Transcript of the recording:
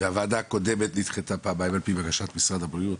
והוועדה הקודמת נדחתה פעמיים על פי בקשת משרד הבריאות